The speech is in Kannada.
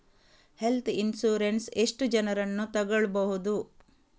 ಹೆಲ್ತ್ ಇನ್ಸೂರೆನ್ಸ್ ಎಷ್ಟು ಜನರನ್ನು ತಗೊಳ್ಬಹುದು?